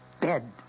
Dead